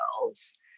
girls